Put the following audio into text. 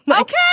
Okay